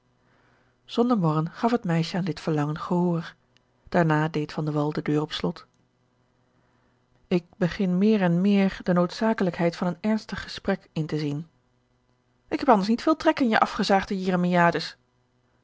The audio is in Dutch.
zonder morren gaf het meisje aan dit verlangen gehoor daarna deed van de wall de deur op slot ik begin meer en meer de noodzakelijkheid van een ernstig gesprek in te zien ik heb anders niet veel trek in je afgezaagde jeremiades